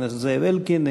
חבר הכנסת זאב אלקין,